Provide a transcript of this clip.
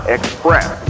Express